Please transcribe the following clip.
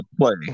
play